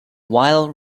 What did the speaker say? while